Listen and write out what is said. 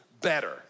better